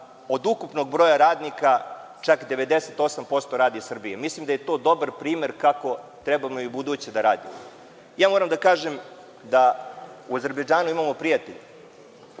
od ukupnog broja radnika čak 98% radi iz Srbije. Mislim da je to dobar primer kako i u buduće da radimo. Moram da kažem da u Azerbejdžanu imamo prijatelje,